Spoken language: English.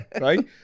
right